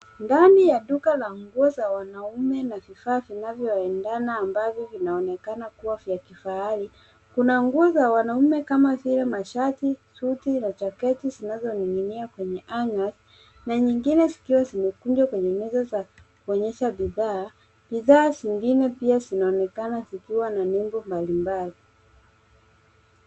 Ndani ya duka la nguo za wanaume na vifaa vinavyoendana ambavyo vinaonekana kuwa vya kifahari. Kuna nguo za wanaume kama vile mashati, suti na jaketi zinazoning'inia kwenye hanger na nyingine zikiwa zimekunjwa pande moja za kuonyesha bidhaa. Bidhaa zingine pia zinaonekana zikiwa na muundo mbalimbali.